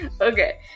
okay